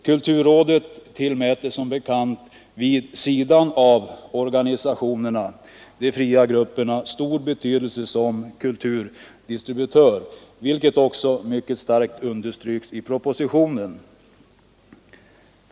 Kulturrådet tillmäter som bekant vid sidan av organisationerna de fria grupperna stor betydelse som kulturdistributörer, vilket också mycket starkt understryks i propositionen.